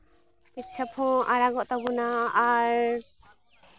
ᱯᱮᱪᱪᱷᱟᱯ ᱦᱚᱸ ᱟᱨᱟᱜᱚᱜ ᱛᱟᱵᱚᱱᱟ ᱟᱨ